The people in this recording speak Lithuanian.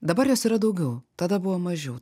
dabar jos yra daugiau tada buvo mažiau